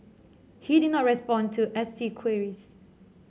he did not respond to S T queries